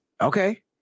Okay